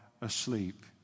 asleep